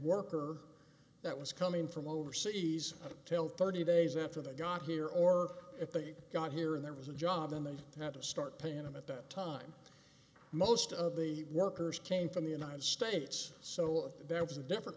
worker that was coming from overseas a tail thirty days after they got here or if they got here and there was a job and they had to start paying them at that time most of the workers came from the united states so there was a different